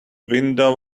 window